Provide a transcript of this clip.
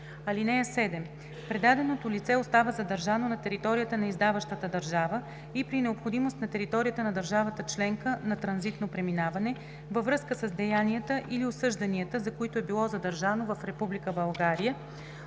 (7) Предаденото лице остава задържано на територията на издаващата държава и при необходимост – на територията на държавата членка на транзитно преминаване, във връзка с деянията или осъжданията, за които е било задържано в Република България,